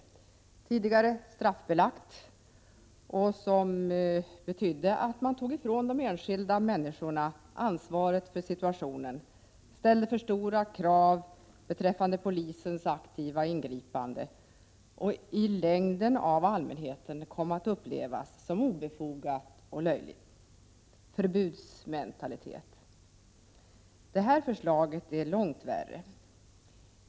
Det var tidigare straffbelagt, och det betydde att myndigheterna tog ifrån de enskilda människorna ansvaret för situationen och ställde för stora krav beträffande polisens aktiva ingripande. Detta förbud kom i längden att av allmänheten upplevas som obefogat och löjligt, som en förbudsmentalitet. Detta förslag är långt värre.